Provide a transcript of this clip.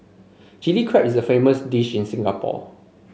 Chilli Crab is a famous dish in Singapore